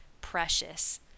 precious